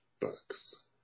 books